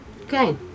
Okay